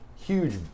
huge